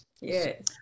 Yes